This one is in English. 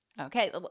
Okay